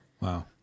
Wow